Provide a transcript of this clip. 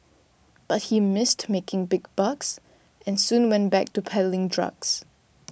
but he missed making big bucks and soon went back to peddling drugs